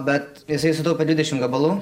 bet jisai sutaupė dvidešimt gabalų